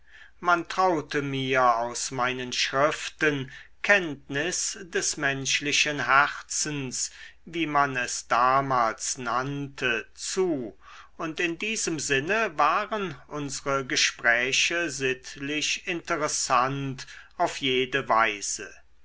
man traute mir aus meinen schriften kenntnis des menschlichen herzens wie man es damals nannte zu und in diesem sinne waren unsre gespräche sittlich interessant auf jede weise